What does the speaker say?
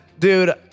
Dude